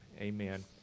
Amen